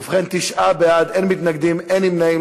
ובכן, תשעה בעד, אין מתנגדים, אין נמנעים.